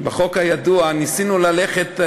בחוק הידוע ניסינו ללכת,